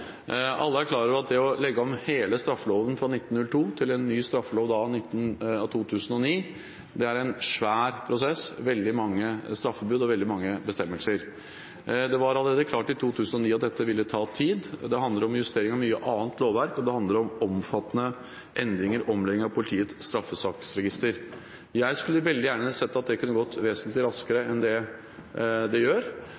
Alle er klar over at det å legge om hele straffeloven fra 1902 til en ny straffelov av 2009, er en svær prosess med veldig mange straffebud og veldig mange bestemmelser. Det var klart allerede i 2009 at dette ville ta tid. Det handler om justeringer av mye annet lovverk, og det handler om omfattende endringer og omlegging av politiets straffesaksregister. Jeg skulle veldig gjerne sett at det kunne gått vesentlig raskere